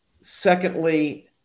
Secondly